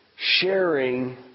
sharing